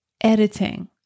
editing